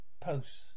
Posts